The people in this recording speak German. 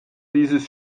dieses